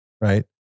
right